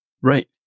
Right